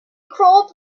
crawled